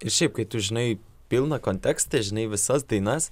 ir šiaip kai tu žinai pilną kontekstą žinai visas dainas